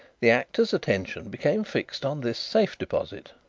the actor's attention became fixed on this safe-deposit.